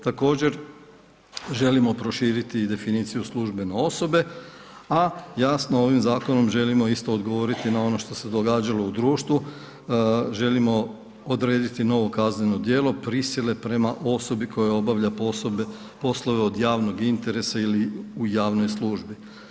Također, želimo proširiti i definiciju službene osobe a jasno ovim zakonom želimo isto odgovoriti na ono što se događalo u društvu, želimo odrediti novo kazneno djelo prisile prema osobi koja obavlja poslove od javnog interesa ili u javnoj službi.